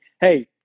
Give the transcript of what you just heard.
hey